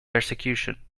persecution